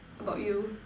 about you